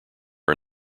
are